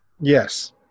Yes